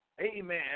Amen